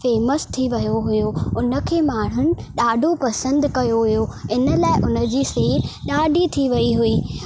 famous थी वियो हो उन खे माण्हुनि ॾाढो पसंदि कयो हुयो इन लाइ उन जी सेल ॾाढी थी वई हुई